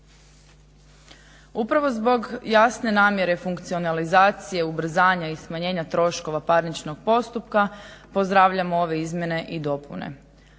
Upravo zbog jasne namjere funkcionalizacije, ubrzanja i smanjenja troškova parničnog postupka pozdravljamo ove izmjene i dopune.